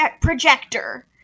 projector